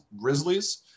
Grizzlies